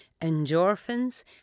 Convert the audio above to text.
endorphins